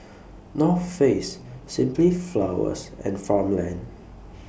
North Face Simply Flowers and Farmland